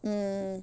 mm